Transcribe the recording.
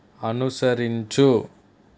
అనుసరించు